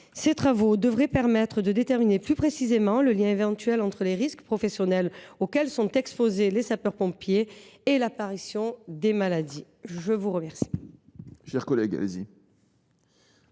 Ces travaux devraient permettre d’établir plus précisément le lien éventuel entre les risques professionnels auxquels sont exposés les sapeurs pompiers et l’apparition des maladies. La parole